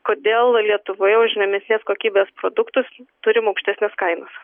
kodėl lietuvoje už žemesnės kokybės produktus turim aukštesnes kainas